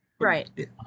Right